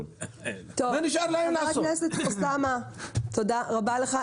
חבר הכנסת אוסאמה, תודה רבה לך.